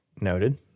Noted